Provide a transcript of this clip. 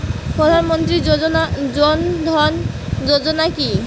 প্রধান মন্ত্রী জন ধন যোজনা কি?